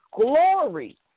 glory